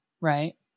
right